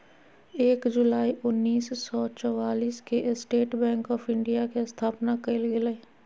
एक जुलाई उन्नीस सौ चौआलिस के स्टेट बैंक आफ़ इंडिया के स्थापना कइल गेलय